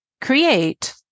create